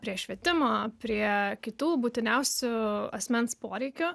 prie švietimo prie kitų būtiniausių asmens poreikių